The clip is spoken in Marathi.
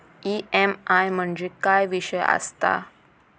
ई.एम.आय म्हणजे काय विषय आसता?